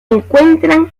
encuentran